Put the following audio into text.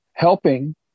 helping